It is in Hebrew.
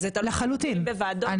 אנחנו תלויים בוועדות,